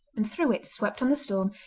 and through it, swept on the storm,